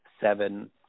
seven